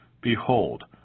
Behold